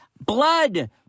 blood